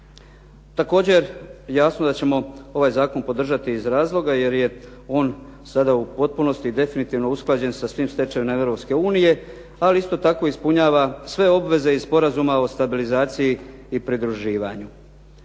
Također, jasno da ćemo ovaj zakon podržati iz razloga jer je on sada u potpunosti i definitivno usklađen sa svim stečevinama Europske unije ali isto tako ispunjava sve obveze iz Sporazuma o stabilizaciji i pridruživanju.